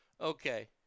Okay